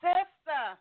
Sister